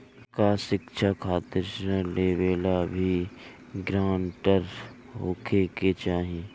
का शिक्षा खातिर ऋण लेवेला भी ग्रानटर होखे के चाही?